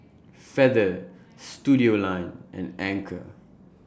Feather Studioline and Anchor